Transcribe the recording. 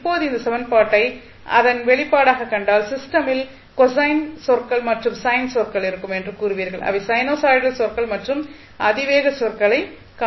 இப்போது இந்த சமன்பாட்டை அதன் வெளிப்பாடாகக் கண்டால் சிஸ்டமில் கோசைன் சொற்கள் மற்றும் சைன் சொற்கள் இருக்கும் என்று கூறுவீர்கள் அவை சைனூசாய்டல் சொற்கள் மற்றும் அதிவேக சொற்களைக் காண்பீர்கள்